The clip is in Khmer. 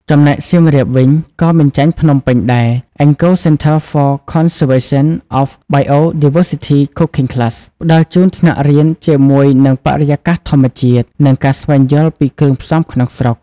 ចំណែកសៀមរាបវិញក៏មិនចាញ់ភ្នំពេញដែរ Angkor Centre for Conservation of Biodiversity Cooking Class ផ្តល់ជូនថ្នាក់រៀនជាមួយនឹងបរិយាកាសធម្មជាតិ និងការស្វែងយល់ពីគ្រឿងផ្សំក្នុងស្រុក ។